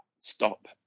Stop